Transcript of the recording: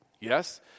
Yes